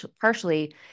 partially